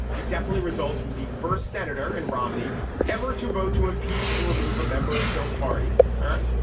it definitely results in the first senator and romney ever to vote to impeach and remove a member of his own party. all right.